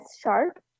sharp